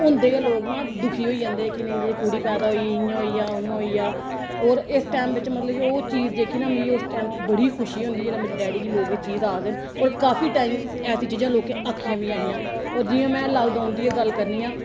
होंदे गै लोक न दुखी होई जंदे कि नेईं जी कुड़ी पैदा होई गेई इ'यां होई गेआ उ'आं होई गेआ होर इस टाइम बिच्च मतलब ओह् चीज जेह्की ना मिगी उस टैम बिच्च बड़ी खुशी होंदी जेल्लै मेरे डैडी गी लोक एह् चीज आखदे होर काफी टाइम ऐसी चीजां लोकें आक्खियां बी ऐ हियां होर जियां में लाकडाउन दी गै गल्ल करनी आं